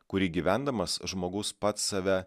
kurį gyvendamas žmogus pats save